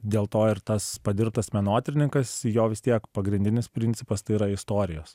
dėl to ir tas padirbtas menotyrininkas jo vis tiek pagrindinis principas tai yra istorijos